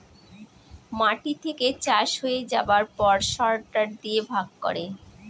মাটি থেকে চাষ হয়ে যাবার পর সরটার দিয়ে ভাগ করে